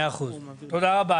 מאה אחוז, תודה רבה.